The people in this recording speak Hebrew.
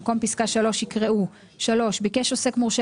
במקום פסקה (3) יקראו: "(3) ביקש עוסק מורשה